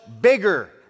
bigger